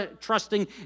trusting